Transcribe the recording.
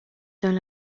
dans